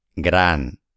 Gran